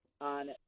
on